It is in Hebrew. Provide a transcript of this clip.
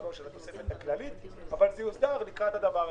של התוספת הכללית אבל זה יוסדר לקראת הדבר הזה.